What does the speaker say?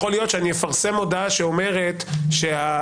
יכול להיות שאני אפרסם מודעה שאומרת שמה